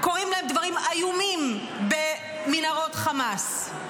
קורים להם דברים איומים במנהרות חמאס.